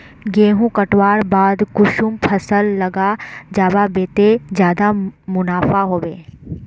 गेंहू कटवार बाद कुंसम फसल लगा जाहा बे ते ज्यादा मुनाफा होबे बे?